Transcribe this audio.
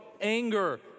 anger